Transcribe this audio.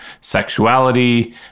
sexuality